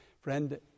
Friend